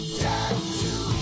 tattoo